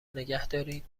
نگهدارید